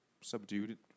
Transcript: subdued